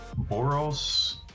boros